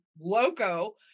loco